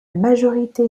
majorité